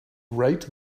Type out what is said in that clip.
rate